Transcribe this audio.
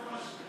תן לנו משהו.